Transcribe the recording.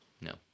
No